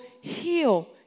heal